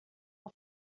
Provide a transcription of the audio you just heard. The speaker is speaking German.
auf